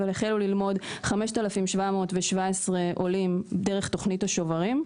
אבל החלו ללמוד 5,717 עולים דרך תוכנית השוברים,